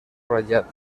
ratllat